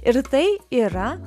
ir tai yra